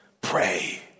pray